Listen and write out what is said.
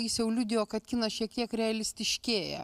jis jau liudijo kad kinas šiek tiek realistiškėja